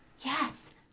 Yes